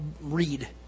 read